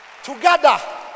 Together